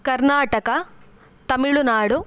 Karnataka Tamil Nadu